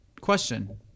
question